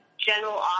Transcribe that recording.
general